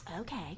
Okay